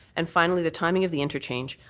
and finally the timing of the interchange,